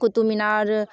Qutub Minar